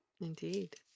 Indeed